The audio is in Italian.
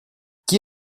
chi